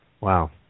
Wow